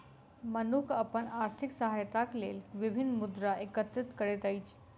मनुख अपन आर्थिक सहायताक लेल विभिन्न मुद्रा एकत्रित करैत अछि